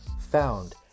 found